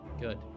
Good